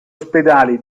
ospedali